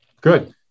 Good